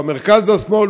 או המרכז והשמאל,